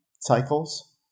cycles